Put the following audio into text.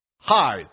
Hi